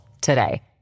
today